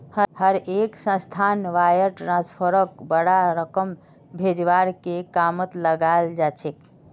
हर एक संस्थात वायर ट्रांस्फरक बडा रकम भेजवार के कामत लगाल जा छेक